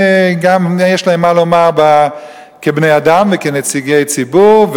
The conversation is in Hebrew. גם להם יש מה לומר כבני-אדם וכנציגי ציבור,